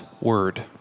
word